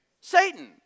Satan